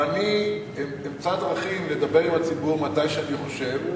ואני אמצא דרכים לדבר עם הציבור מתי שאני חושב.